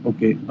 Okay